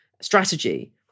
Strategy